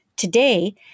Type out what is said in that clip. Today